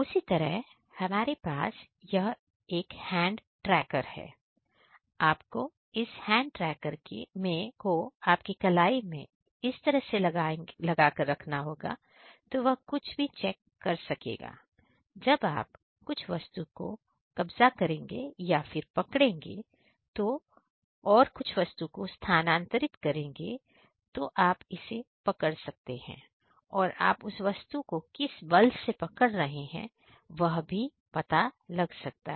उसी तरह हमारे पास यह हैंड ट्रैकर है आपको इस हैंड ट्रैकर को आपकी कलाई में इस तरीके से लगाएंगे तो वह कुछ भी चेक कर लेगा जब आप कुछ वस्तु को कब्जा करेंगे और कुछ वस्तु को स्थानांतरित करेंगे तो आप इसे पकड़ सकते हैं और आप उस वस्तु को किस बल से पकड़ रहे हैं वह भी पता लग सकता है